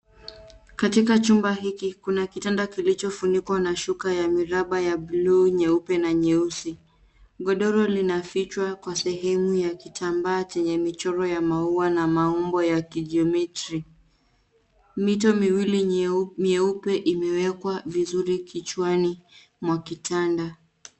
Katika chumba hiki kuna kitanda, kilichofunikwa na shuka ya miraba ya bluu, nyeupe na nyeusi .Godoro linafichwa kwa sehemu ya kitambaa chenye michoro ya maua, na maumbo ya kijometri. Mito miwili mieupe imewekwa vizuri kichwani mwa kitanda.